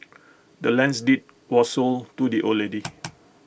the land's deed was sold to the old lady